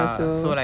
ya so like